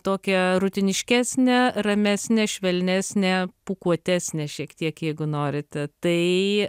tokią rutiniškesnę ramesnę švelnesnę pūkuotesnę šiek tiek jeigu norite tai